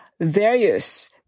various